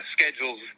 schedules